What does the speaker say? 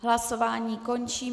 Hlasování končím.